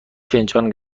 فنجان